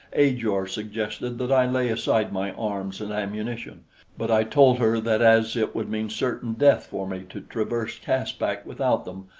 ajor suggested that i lay aside my arms and ammunition but i told her that as it would mean certain death for me to traverse caspak without them,